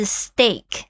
steak